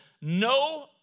no